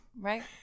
Right